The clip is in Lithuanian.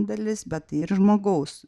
dalis bet ir žmogaus